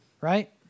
right